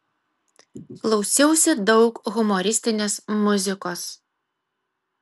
klausiausi daug humoristinės muzikos